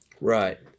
Right